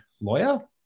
lawyer